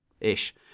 ish